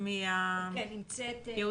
לירון.